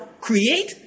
create